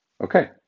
Okay